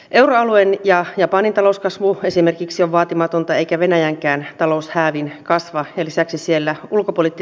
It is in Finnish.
euroalueen ja japanin talouskasvu esimerkiksi on vaatimatonta eikä venäjänkään talous hädin kasvatti lisäksi siellä ulkopolitti